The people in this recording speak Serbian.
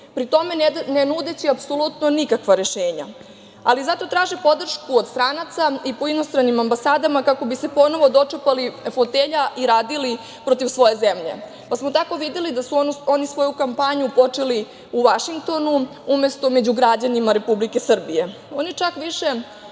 pritom ne nudeći apsolutno nikakva rešenja. Ali, zato traže podršku od stranaca i po inostranim ambasadama kako bi se ponovo dočepali fotelja i radili protiv svoje zemlje. Tako smo videli da su oni svoju kampanju počeli u Vašingtonu umesto među građanima Republike Srbije. Oni